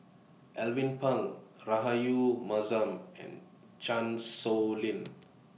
Alvin Pang Rahayu Mahzam and Chan Sow Lin